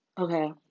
Okay